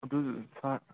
ꯑꯗꯨꯗꯨ ꯁꯥꯔ